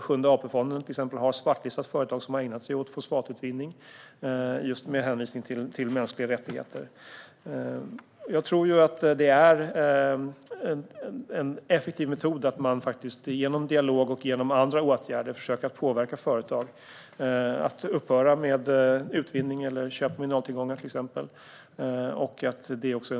Sjunde AP-fonden har till exempel svartlistat företag som har ägnat sig åt fosfatutvinning, med hänsyn till just mänskliga rättigheter. Det är en effektiv metod att genom dialog och andra åtgärder försöka påverka företag att upphöra med utvinning eller köp av exempelvis mineraltillgångar.